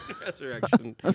resurrection